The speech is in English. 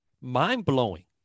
mind-blowing